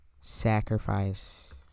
sacrifice